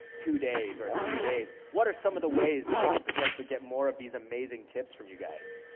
two days or three days. what are some of the ways that they could potentially get more of these amazing tips from you guys?